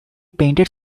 painted